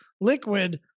liquid